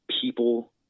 people